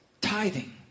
tithing